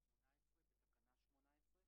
הרווחה והבריאות.